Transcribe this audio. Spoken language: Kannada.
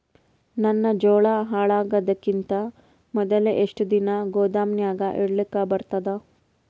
ನನ್ನ ಜೋಳಾ ಹಾಳಾಗದಕ್ಕಿಂತ ಮೊದಲೇ ಎಷ್ಟು ದಿನ ಗೊದಾಮನ್ಯಾಗ ಇಡಲಕ ಬರ್ತಾದ?